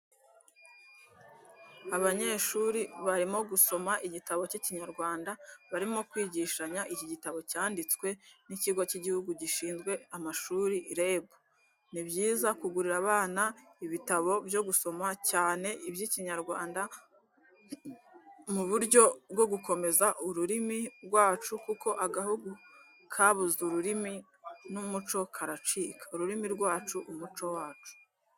Abanyeshuri barimo gusoma igitabo cy'Ikinyarwanda barimo kwigishanya iki gitabo cyanditswe n'ikigo cy'igihugu gishizwe amashuri REB, ni byiza kugurira abana ibitabo byo gusoma, cyane iby'Ikinyarwanda mu buryo bwo gukomeza uririmi rwacu kuko agahugu kabuze ururimi n'umuco karacika. Ururimi rwacu umuco wacu.